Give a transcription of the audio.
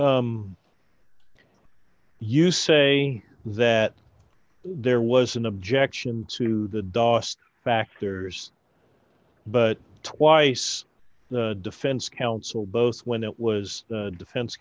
you say that there was an objection to the dos factors but twice the defense counsel both when it was defense